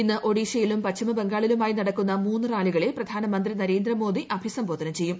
ഇന്ന് ഒഡീഷയിലും പശ്ചിമ ബംഗാളിലുമായി നടക്കുന്ന മൂന്നു റാലികളെ പ്രധാനമന്ത്രി നരേന്ദ്രമോദി അഭിസംബോധന ചെയ്യും